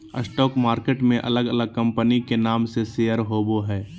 stock market में अलग अलग कंपनी के नाम से शेयर होबो हइ